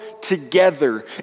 together